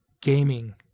gaming